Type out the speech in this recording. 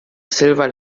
silver